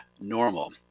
normal